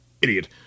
idiot